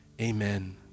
Amen